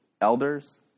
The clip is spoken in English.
elders